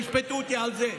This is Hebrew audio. תשפטו אותי על זה.